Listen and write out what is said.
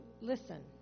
listen